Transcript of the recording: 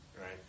Right